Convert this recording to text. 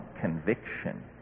conviction